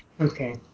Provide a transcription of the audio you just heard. Okay